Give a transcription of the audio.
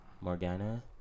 Morgana